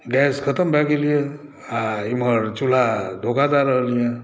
gas खतम भए गेल यए आ इम्हर चुल्हा धोखा दए रहल यए